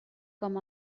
com